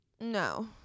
No